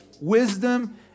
Wisdom